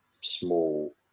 small